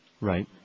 Right